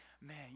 man